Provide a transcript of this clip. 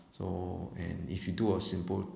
so and if you do a simple